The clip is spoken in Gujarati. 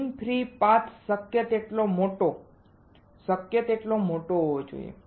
મીન ફ્રી પાથ શક્ય તેટલો મોટો શક્ય તેટલો મોટો હોવો જોઈએ